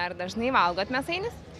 ar dažnai valgot mėsainius